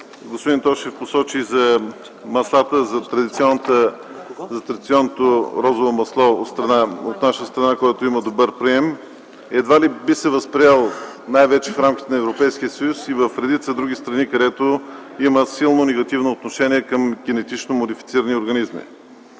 господин Тошев посочи за традиционното розово масло в нашата страна, което има добър прием - едва ли би се възприело, най-вече в рамките на Европейския съюз и в редица други страни, където има силно негативно отношение към генетично модифицирани организми.